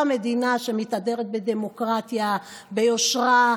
זו המדינה שמתהדרת בדמוקרטיה, ביושרה,